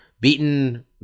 Beaten